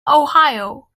ohio